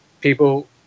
people